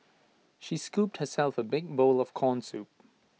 she scooped herself A big bowl of Corn Soup